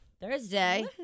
Thursday